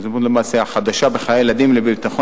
שהיא למעשה הדמות החדשה, בחיי הילדים ולביטחון